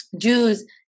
Jews